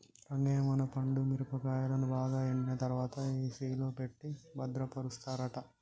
రంగయ్య మన పండు మిరపకాయలను బాగా ఎండిన తర్వాత ఏసిలో ఎట్టి భద్రపరుస్తారట